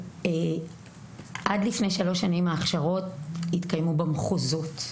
עד לפני שלוש שנים ההכשרות התקיימו במחוזות,